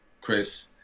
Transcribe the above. chris